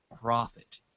profit